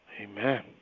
amen